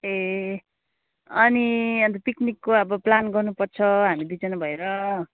ए अनि अन्त पिक्निकको अब प्लान गर्नु पर्छ हामी दुईजना भएर